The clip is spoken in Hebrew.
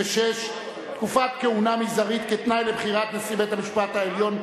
(תקופת כהונה מזערית כתנאי לבחירת נשיא בית-המשפט העליון),